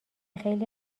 خیلی